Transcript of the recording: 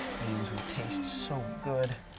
beans would taste so good.